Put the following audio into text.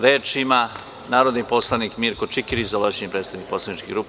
Reč ima narodni poslanik Mirko Čikiriz, ovlašćeni predstavnik poslaničke grupe.